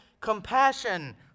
compassion